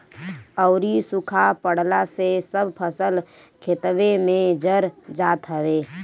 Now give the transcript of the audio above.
अउरी सुखा पड़ला से सब फसल खेतवे में जर जात हवे